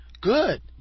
Good